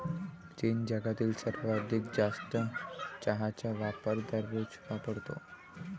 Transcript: चीन जगातील सर्वाधिक जास्त चहाचा वापर दररोज वापरतो